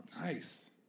Nice